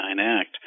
Act